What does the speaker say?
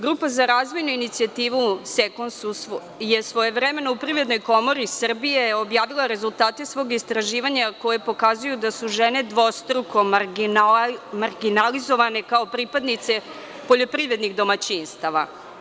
Grupa za razvojnu inicijativu „Sekuns“ je svojevremeno u Privrednoj komori Srbije objavila rezultate svog istraživanja koje pokazuju da su žene dvostruko marginalizovane kao pripadnice poljoprivrednih domaćinstava.